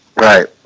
Right